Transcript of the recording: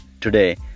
Today